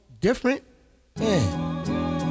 different